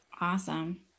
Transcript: Awesome